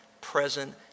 present